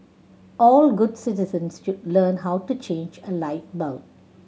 all good citizens should learn how to change a light bulb